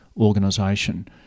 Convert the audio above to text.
organisation